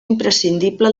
imprescindible